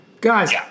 Guys